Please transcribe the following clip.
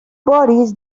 bodies